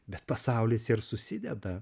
bet pasaulis ir susideda